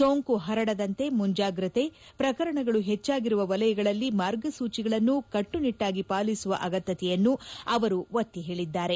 ಸೋಂಕು ಹರಡದಂತೆ ಮುಂಜಾಗ್ರತೆ ಪ್ರಕರಣಗಳು ಹೆಚ್ಚಾಗಿರುವ ವಲಯಗಳಲ್ಲಿ ಮಾರ್ಗಸೂಚಿಗಳನ್ನು ಕಟ್ಟುನಿಟ್ಟಾಗಿ ಪಾಲಿಸುವ ಅಗತ್ತತೆಯನ್ನು ಅವರು ಒತ್ತಿ ಹೇಳಿದ್ದಾರೆ